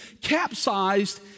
capsized